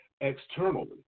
externally